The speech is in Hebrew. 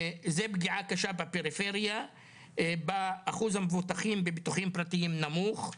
זו פגיעה קשה בפריפריה שבה אחוז המבוטחים בביטוחים פרטיים נמוך.